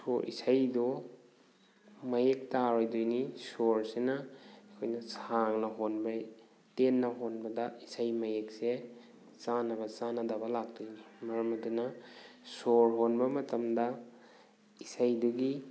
ꯏꯁꯩꯗꯣ ꯃꯌꯦꯛ ꯇꯥꯔꯣꯏꯗꯣꯏꯅꯤ ꯁꯣꯔꯁꯤꯅ ꯑꯩꯈꯣꯏꯅ ꯁꯥꯡꯅ ꯍꯣꯟꯕ ꯇꯦꯟꯅ ꯍꯣꯟꯕꯗ ꯏꯁꯩ ꯃꯌꯦꯛꯁꯦ ꯆꯥꯟꯅꯕ ꯆꯥꯟꯅꯗꯕ ꯂꯥꯛꯇꯣꯏꯅꯤ ꯃꯔꯝ ꯑꯗꯨꯅ ꯁꯣꯔ ꯍꯣꯟꯕ ꯃꯇꯝꯗ ꯏꯁꯩꯗꯨꯒꯤ